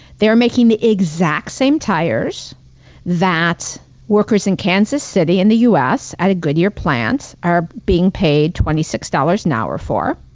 they are making the exact same tires that workers in kansas city in the u. s. at a goodyear plant are being paid twenty six dollars an hour for.